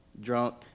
drunk